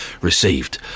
received